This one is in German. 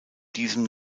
diesem